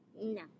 No